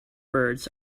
birds